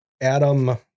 Adam